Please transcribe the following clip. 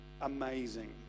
amazing